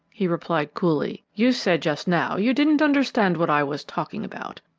he replied coolly. you said just now you didn't understand what i was talking about.